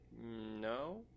no